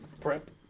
prep